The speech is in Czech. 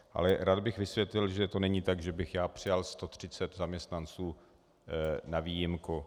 Ale rád bych vysvětlil, že to není tak, že bych já přijal 130 zaměstnanců na výjimku.